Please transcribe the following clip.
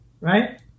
right